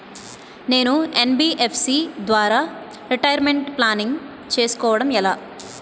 నేను యన్.బి.ఎఫ్.సి ద్వారా retirement planning చేసుకోవడం ఎలా?